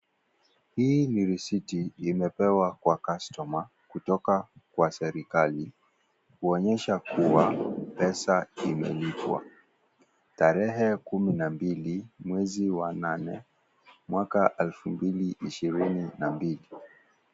Hii ni risiti imepewa kwa customer , kutoka kwa serikali, kuonyesha kuwa, pesa imelipwa tarehe, kumi na mbili, mwezi wa nane, mwaka elfu mbili ishirini na mbili.